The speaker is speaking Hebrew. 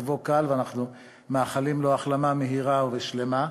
מצבו קל, ואנחנו מאחלים לו החלמה מהירה ושלמה.